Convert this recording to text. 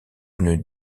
une